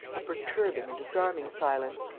a perturbing and disarming silence.